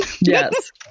Yes